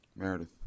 Meredith